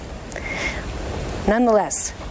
Nonetheless